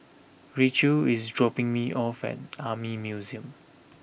Racheal is dropping me off at Army Museum